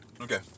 Okay